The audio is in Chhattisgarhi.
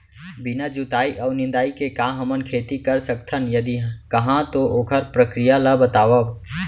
बिना जुताई अऊ निंदाई के का हमन खेती कर सकथन, यदि कहाँ तो ओखर प्रक्रिया ला बतावव?